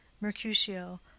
mercutio